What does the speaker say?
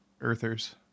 Earthers